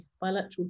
bilateral